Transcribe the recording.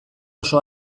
oso